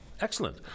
excellent